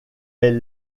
est